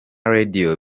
radio